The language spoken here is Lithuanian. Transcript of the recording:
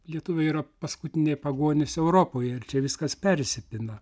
lietuviai yra paskutiniai pagonys europoje ir čia viskas persipina